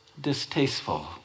distasteful